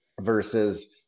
versus